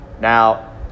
Now